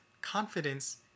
confidence